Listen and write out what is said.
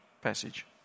passage